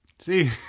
See